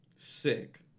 Sick